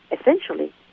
essentially